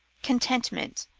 contentment,